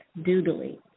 Doodly